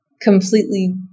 completely